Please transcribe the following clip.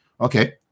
Okay